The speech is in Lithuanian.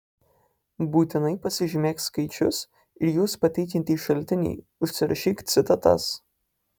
būtinai pasižymėk skaičius ir juos pateikiantį šaltinį užsirašyk citatas